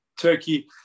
Turkey